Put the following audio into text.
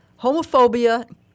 homophobia